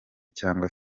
cyangwa